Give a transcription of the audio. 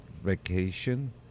vacation